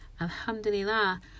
Alhamdulillah